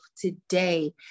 today